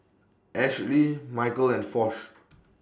Ashly Micheal and Foch